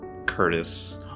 Curtis